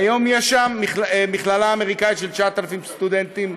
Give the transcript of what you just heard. והיום יש שם מכללה אמריקנית של 9,000 סטודנטים,